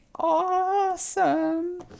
awesome